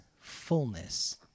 fullness